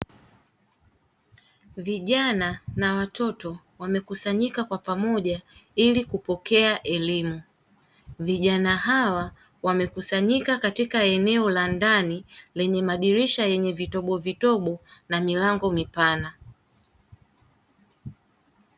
Vijana na watoto wamekusanyika kwa pamoja ili kupokea elimu, vijana hawa wamekusanyika katika eneo la ndani lenye madirisha yenye vitobovitobo namilango mipana.